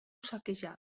saquejada